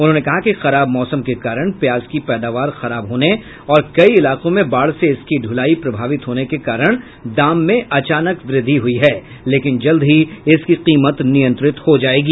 उन्होंने कहा कि खराब मौसम के कारण प्याज की पैदावार खराब होने और कई इलाकों में बाढ़ से इसकी ढुलाई प्रभावित होने के कारण दाम में अचानक व्रद्धि हुई है लेकिन जल्द ही इसकी कीमत नियंत्रित हो जायेगी